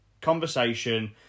conversation